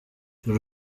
dore